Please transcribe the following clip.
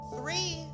three